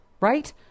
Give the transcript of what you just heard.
Right